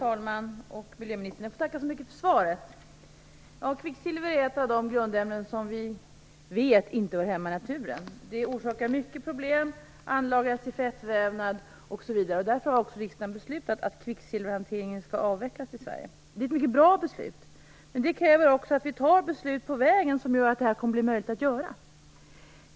Herr talman! Miljöministern! Jag får tacka så mycket för svaret. Kvicksilver är ett av de grundämnen som vi vet inte hör hemma i naturen. Det orsakar mycket problem. Det anlagras i fettvävnad osv. Därför har också riksdagen beslutat att kvicksilverhanteringen skall avvecklas i Sverige. Det är ett mycket bra beslut. Men det kräver också att vi fattar beslut på vägen som gör att detta blir möjligt att genomföra.